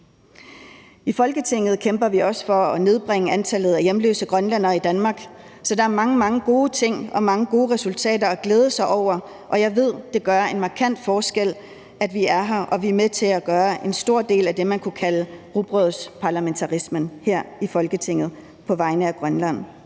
I Folketinget kæmper vi også for at nedbringe antallet af hjemløse grønlændere i Danmark. Så der er mange, mange gode ting og mange gode resultater at glæde sig over. Jeg ved, at det gør en markant forskel, at vi er her, og at vi er med til at gøre en stor del af det, man kunne kalde rugbrødsparlamentarismen her i Folketinget på vegne af Grønland.